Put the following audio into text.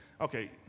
okay